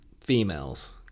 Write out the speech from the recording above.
females